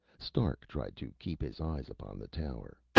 stark tried to keep his eyes upon the tower.